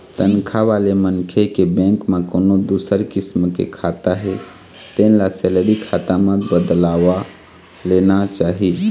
तनखा वाले मनखे के बेंक म कोनो दूसर किसम के खाता हे तेन ल सेलरी खाता म बदलवा लेना चाही